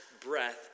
breath